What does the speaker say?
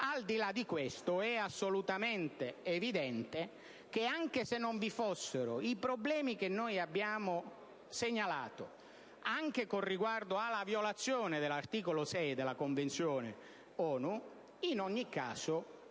alla corruzione, è assolutamente evidente che anche se non vi fossero i problemi che noi abbiamo segnalato, anche con riguardo alla violazione dell'articolo 6 della Convenzione ONU, in ogni caso